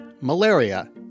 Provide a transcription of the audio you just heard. malaria